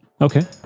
Okay